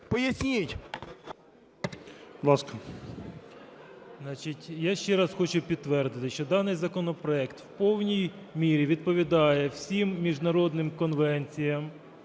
БАБЕНКО М.В. Я ще раз хочу підтвердити, що даний законопроект в повній мірі відповідає всім міжнародним конвенціям